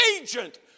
agent